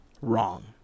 Wrong